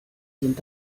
sind